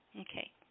Okay